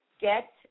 get